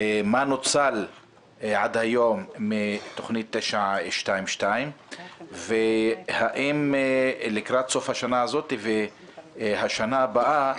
מה נוצל עד היום מתכנית 922. האם לקראת סוף השנה הזאת והשנה הבאה